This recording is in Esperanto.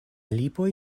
lipoj